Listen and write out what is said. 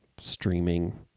streaming